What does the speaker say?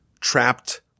trapped